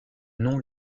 non